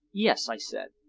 yes, i said.